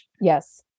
Yes